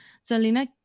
selena